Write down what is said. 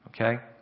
Okay